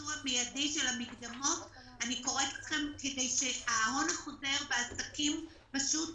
לביצוע מקדמי של המקדמות כדי שההון החוזר והעסקים לא